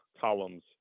columns